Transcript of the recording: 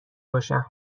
باشم